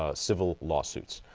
ah civil lawsuits,